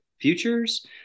futures